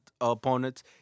opponents